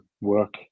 work